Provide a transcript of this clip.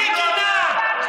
מי גינה?